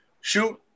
Shoot